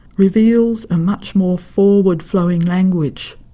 reveals a much more forward flowing language.